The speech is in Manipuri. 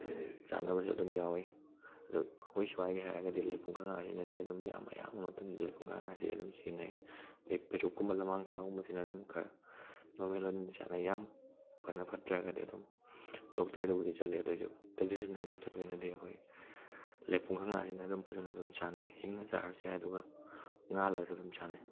ꯆꯥꯅꯕꯁꯨ ꯑꯗꯨꯝ ꯌꯥꯎꯏ ꯑꯗꯨ ꯑꯩꯈꯣꯏ ꯁ꯭ꯋꯥꯏꯒꯤ ꯍꯥꯏꯔꯒꯗꯤ ꯂꯩꯄꯨꯡ ꯈꯥꯡꯒꯁꯤꯅꯗꯤ ꯑꯗꯨꯝ ꯌꯥꯝ ꯑꯌꯥꯝꯕ ꯃꯇꯝꯗ ꯂꯩꯄꯨꯡ ꯈꯥꯡꯒꯁꯤ ꯑꯗꯨꯝ ꯁꯤꯖꯤꯟꯅꯩ ꯑꯗꯩ ꯄꯦꯔꯨꯛ ꯀꯨꯝꯕ ꯂꯃꯥꯡꯈꯥ ꯒꯨꯝꯕꯁꯤꯅ ꯑꯗꯨꯝ ꯈꯔ ꯅꯣꯔꯃꯦꯜ ꯑꯣꯏꯅꯗꯤ ꯆꯥꯅꯩ ꯌꯥꯝ ꯐꯅ ꯐꯠꯇ꯭ꯔꯒꯗꯤ ꯑꯗꯨꯝ ꯗꯣꯛꯇꯔꯗꯕꯨꯗꯤ ꯆꯠꯂꯤ ꯑꯗꯣꯏꯁꯨ ꯇ꯭ꯔꯦꯗꯤꯁꯟꯅꯦꯜ ꯃꯦꯊꯠ ꯑꯣꯏꯅꯗꯤ ꯑꯩꯈꯣꯏ ꯂꯩꯄꯨꯡ ꯈꯥꯡꯒꯁꯤꯅ ꯑꯗꯨꯝ ꯐꯖꯅ ꯑꯗꯨꯝ ꯆꯥꯅꯩ ꯍꯤꯡꯅ ꯆꯥꯔꯁꯨ ꯌꯥꯏ ꯑꯗꯨꯒ ꯉꯥꯜꯂꯒꯁꯨ ꯑꯗꯨꯝ ꯆꯥꯅꯩ